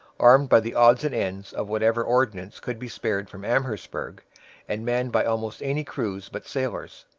armed by the odds and ends of whatever ordnance could be spared from amherstburg and manned by almost any crews but sailors.